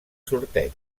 sorteig